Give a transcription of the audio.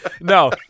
No